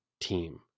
team